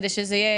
כדי שזה יהיה